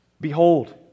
Behold